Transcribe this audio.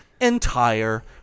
entire